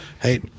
hey